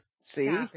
See